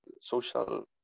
social